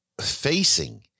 facing